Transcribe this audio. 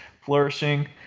flourishing